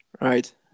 right